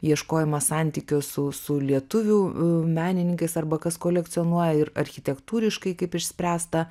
ieškojimas santykio su su lietuvių menininkais arba kas kolekcionuoja ir architektūriškai kaip išspręsta